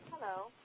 Hello